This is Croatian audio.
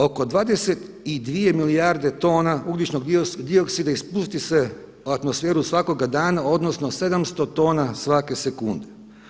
Oko 22 milijarde tona ugljičnog dioksida i spusti se u atmosferu svakoga dana, odnosno 700 tona svake sekunde.